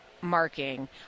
marking